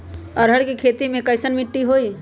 अरहर के खेती मे कैसन मिट्टी होइ?